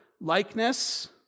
likeness